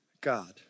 God